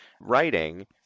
writing